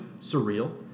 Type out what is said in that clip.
surreal